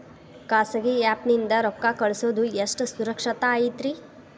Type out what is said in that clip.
ಖಾಸಗಿ ಆ್ಯಪ್ ನಿಂದ ರೊಕ್ಕ ಕಳ್ಸೋದು ಎಷ್ಟ ಸುರಕ್ಷತಾ ಐತ್ರಿ?